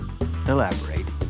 elaborate